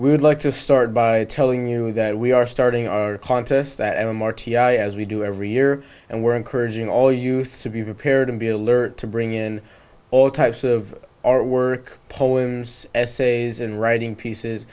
we would like to start by telling you that we are starting our contest that i'm r t i as we do every year and we're encouraging all youth to be prepared and be alert to bring in all types of our work poems essays and writing pieces